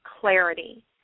clarity